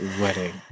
wedding